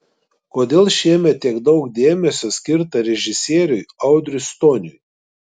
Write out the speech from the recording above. kodėl šiemet tiek daug dėmesio skirta režisieriui audriui stoniui